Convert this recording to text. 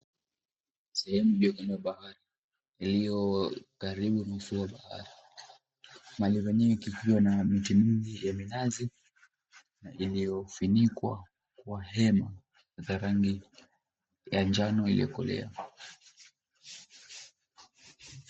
Sehemu ya bahari iliyo karibu na ufuo wa bahari, maandhari hii ikiwa na miti mingi ya minazi na yamefunikwa hema ya rangi ya njano iliyokolea.